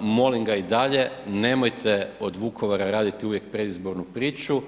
molim ga i dalje, nemojte od Vukovara raditi uvijek predizbornu priču.